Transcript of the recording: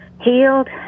healed